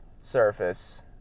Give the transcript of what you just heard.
surface